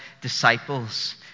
disciples